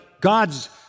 God's